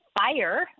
fire